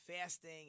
fasting